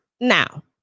Now